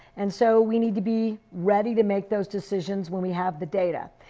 and so we need to be ready to make those decisions when we have the data.